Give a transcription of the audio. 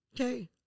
Okay